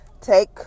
Take